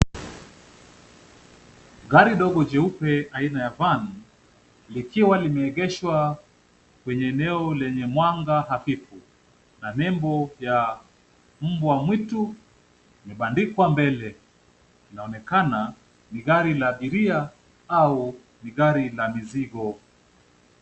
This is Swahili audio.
Gari ndogo jeupe aina ya Van likiwa limeegeshwa kwenye eneo lenye mwanga hafifu na nembo yenye mbwa mwitu imeandikwa mbele. Inaonekana ni gari la abiria au ni gari la mizigo.